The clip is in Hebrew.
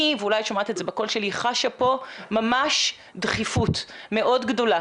אני חשה פה ממש דחיפות מאוד גדולה.